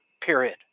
period